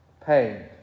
pain